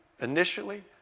initially